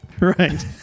right